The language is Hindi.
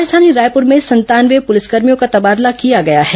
राजधानी रायपुर में संतानवे पुलिसकर्मियों का तबादला किया गया है